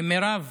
מירב.